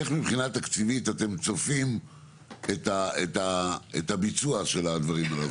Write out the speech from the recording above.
איך מבחינה תקציבית אתם צופים את הביצוע של הדברים הללו?